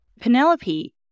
Penelope